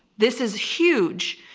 this is huge.